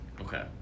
Okay